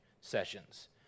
sessions